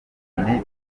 loni